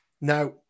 Now